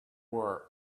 war